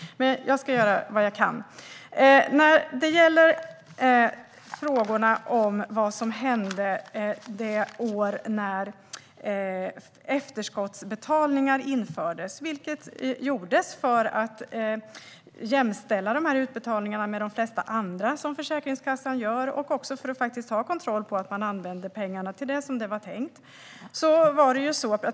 Men jag ska göra vad jag kan för att svara. Det gäller först frågorna om vad som hände det år när efterskottsbetalningar infördes. Det gjordes för att jämställa utbetalningarna med de flesta andra som Försäkringskassan gör och för att ha kontroll på att man använder pengarna till det som det var tänkt.